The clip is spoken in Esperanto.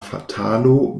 fatalo